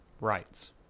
rights